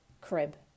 crib